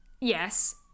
yes